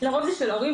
לרוב זה של ההורים,